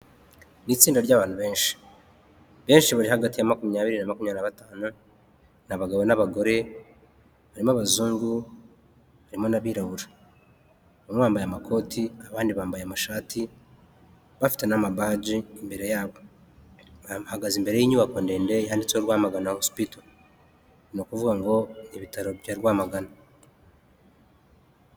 Mu itsinda ry'abantu benshi, benshi bari hagati ya makumyabiri na makumyabiri na batanu, ni abagabo n'abagore barimo abazungu harimo n'abirabura, bamwe bambaye amakoti abandi bambaye amashati bafite n'amabaji imbere yabo, bahagaze imbere y'inyubako ndende yanditseho Rwamagana hospital, ni ukuvuga ngo; ibitaro bya Rwamagana.